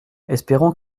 espérons